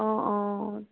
অঁ অঁ